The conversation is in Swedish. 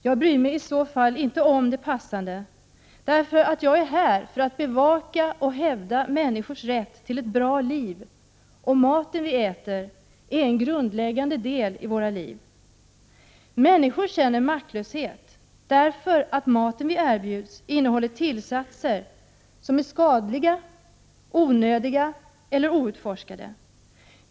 Jag bryr mig i så fall inte om det passande, därför att jag är här för att bevaka och hävda människors rätt till ett bra liv. Och maten vi äter är en grundläggande del i våra liv. Människor känner maktlöshet därför att den mat vi erbjuds innehåller tillsatser som är skadliga, onödiga eller outforskade.